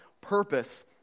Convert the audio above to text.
purpose